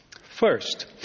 First